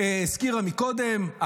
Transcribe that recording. הזכירה קודם,